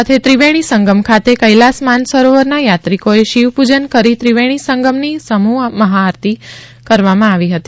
સાથે ત્રિવેણી સંગમ ખાતે કૈલાસ માનસરોવર ના થાત્રિકોએ શિવપૂજન કરી ત્રિવેણી સંગમની સમુહ મહાઆરતી કરવામાં આવી હતી